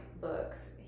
books